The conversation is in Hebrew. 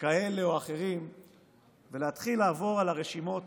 כאלה או אחרים ולהתחיל לעבור על הרשימות